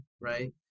right